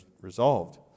resolved